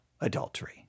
adultery